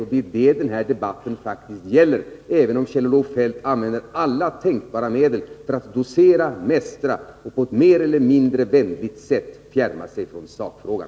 Och det är det den här debatten faktiskt gäller, även om Kjell-Olof Feldt använder alla tänkbara medel för att docera, mästra och på ett mer eller mindre vänligt sätt fjärma sig från sakfrågan.